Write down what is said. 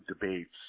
debates